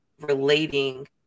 relating